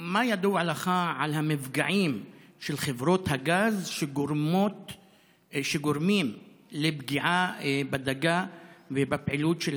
מה ידוע לך על המפגעים של חברות הגז שגורמים לפגיעה בדגה ובפעילות של